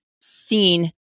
seen